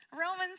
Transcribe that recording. Romans